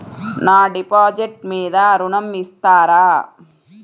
నా డిపాజిట్ మీద ఋణం ఇస్తారా?